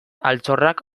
altxorrak